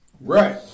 Right